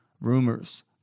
rumors